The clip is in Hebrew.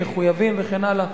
מחויבים וכן הלאה,